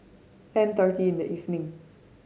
ten thirty in the evening